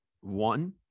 one